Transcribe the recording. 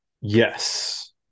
Yes